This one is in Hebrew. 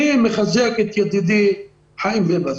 אני מחזק את ידידי חיים ביבס,